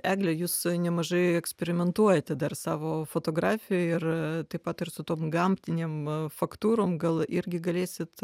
egle jūs nemažai eksperimentuojate dar savo fotografijoj ir taip pat ir su tom gamtinėm faktūrom gal irgi galėsit